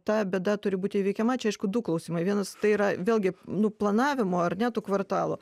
ta bėda turi būt įveikiama čia aišku du klausimai vienas tai yra vėlgi nu planavimo ar ne tų kvartalų